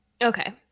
okay